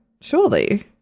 surely